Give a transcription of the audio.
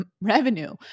revenue